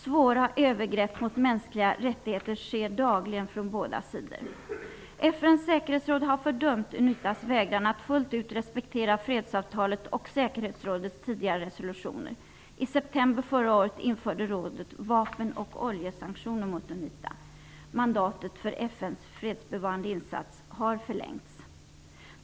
Svåra övergrepp mot mänskliga rättigheter sker dagligen från båda sidor. FN:s säkerhetsråd har fördömt Unitas vägran att fullt ut respektera fredsavtalet och säkerhetsrådets tidigare resolutioner. I september förra året införde rådet vapen och oljesanktioner mot Unita. Mandatet för FN:s fredsbevarande insats har förlängts.